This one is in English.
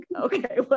okay